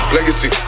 Legacy